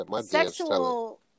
sexual